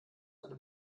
eine